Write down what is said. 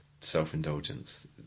self-indulgence